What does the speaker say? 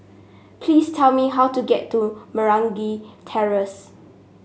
please tell me how to get to Meragi Terrace